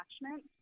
attachment